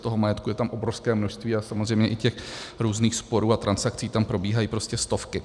Toho majetku je tam obrovské množství a samozřejmě i těch různých sporů a transakcí tam probíhají prostě stovky.